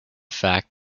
fact